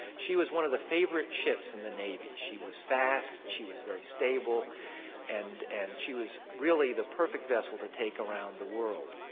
she was one of the favorite ships in the navy. she was fast, she was very stable and and she was really the perfect vessel to take around the world.